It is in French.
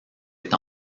est